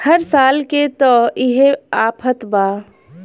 हर साल के त इहे आफत बा